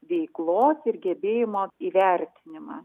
veiklos ir gebėjimo įvertinimą